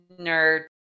nerd